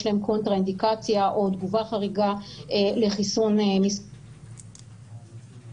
להם קונטרה אינדיקציה לקבלת חיסון מסוג mRNA,